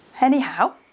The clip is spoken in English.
Anyhow